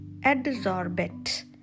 adsorbent